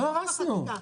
לא הרסנו.